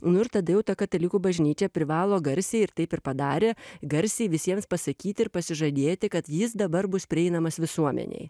nu ir tada jau ta katalikų bažnyčia privalo garsiai ir taip ir padarė garsiai visiems pasakyti ir pasižadėti kad jis dabar bus prieinamas visuomenei